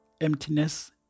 emptiness